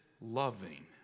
loving